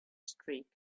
streak